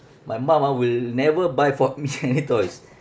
my mum ah will never buy for me any toys